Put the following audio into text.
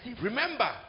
Remember